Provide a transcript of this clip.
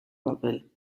papel